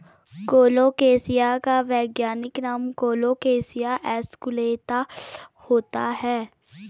colocasia का वैज्ञानिक नाम कोलोकेशिया एस्कुलेंता होता है